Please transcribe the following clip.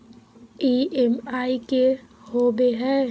EMI की होवे है?